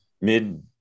mid